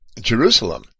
Jerusalem